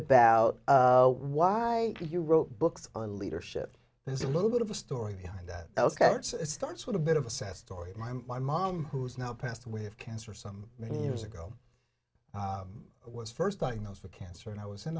about why you wrote books on leadership there's a little bit of a story behind that starts with a bit of a set story my mom who's now passed away of cancer some many years ago was first diagnosed with cancer and i was in